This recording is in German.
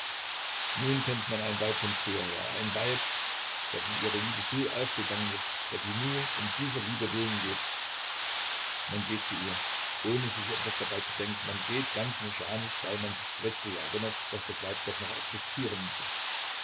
nun kennt man ein weib von früher her ein weib das in ihrer liebe so aufgegangen ist daß sie nur um dieser liebe willen lebt man geht zu ihr ohne sich etwas dabei zu denken man geht ganz mechanisch weil man sich plötzlich erinnert daß das weib doch noch existieren müsse